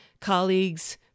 colleagues